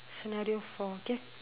scenario four okay